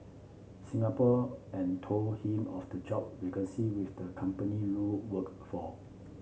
Singapore and told him of the job vacancy with the company Lu worked for